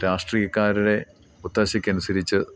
രാഷ്ട്രീയക്കാരുടെ ഒത്താശക്ക് അനുസരിച്ചു